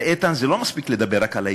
ואיתן, זה לא מספיק לדבר רק על האתיופים.